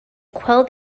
quell